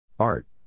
Art